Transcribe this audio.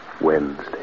Wednesday